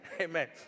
Amen